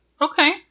Okay